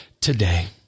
today